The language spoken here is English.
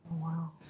wow